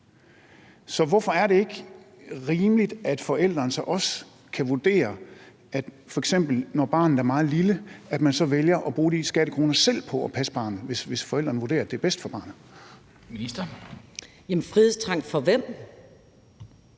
Hvorfor er det så ikke rimeligt, at forældrene selv kan vurdere, f.eks. når barnet er meget lille, om de så hellere vil bruge de skattekroner på selv at passe barnet, hvis de vurderer, at det er bedst for barnet?